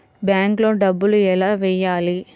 బ్యాంక్లో డబ్బులు ఎలా వెయ్యాలి?